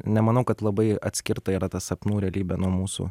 nemanau kad labai atskirta yra ta sapnų realybė nuo mūsų